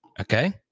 Okay